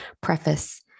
preface